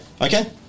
Okay